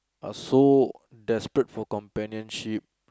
are so desperate for companionship